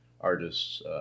artists